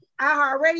iHeartRadio